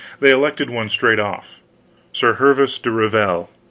they elected one straight off sir hervis de revel.